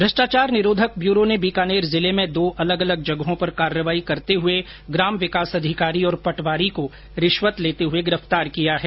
भ्रष्टाचार निरोधक ब्यूरो ने बीकानेर जिले में दो अलग अलग जगहों पर कार्रवाई करते हुए ग्राम विकास अधिकारी और पटवारी को रिश्वत लेते हुए गिरफ़तार किया है